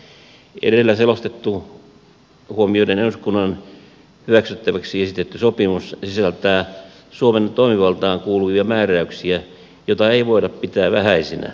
edellä selostettu huomioiden eduskunnan hyväksyttäväksi esitetty sopimus sisältää suomen toimivaltaan kuuluvia määräyksiä joita ei voida pitää vähäisinä